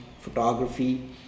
photography